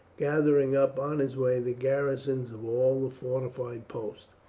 gathering up on his way the garrisons of all the fortified posts.